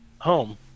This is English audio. home